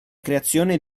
creazione